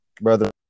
brother